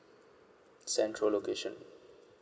central location